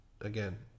again